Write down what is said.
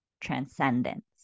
transcendence